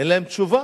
אין להם תשובה.